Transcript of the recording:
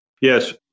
Yes